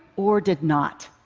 or did not.